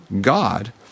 God